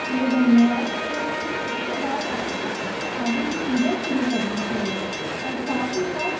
उन्हें धन्यवाद करना चाहिए उसके बाद अपनी आगे की पूजा शुरू करनी चाहिए और साथ ही साथ